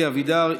אלי אבידר,